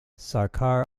sarkar